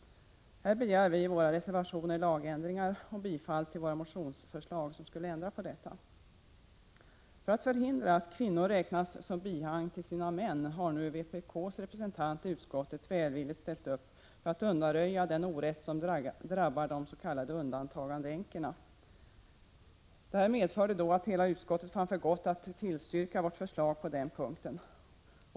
Här begär vi i våra reservationer lagändringar och bifall till våra motionsförslag, som skulle ändra på detta. För att hindra att kvinnor räknas som bihang till sina män har nu vpk:s representant i utskottet välvilligt ställt upp för att undanröja den orätt som drabbar de s.k. undantagandeänkorna. Detta medförde att hela utskottet fann för gott att tillstyrka vårt förslag på denna punkt.